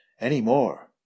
anymore